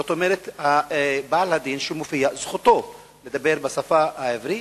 כלומר, בעל הדין שמופיע, זכותו לדבר בשפה העברית,